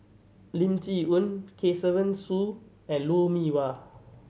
Lim Chee Onn Kesavan Soon and Lou Mee Wah